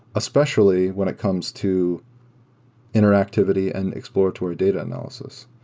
especially when it comes to interactivity and exploratory data analysis.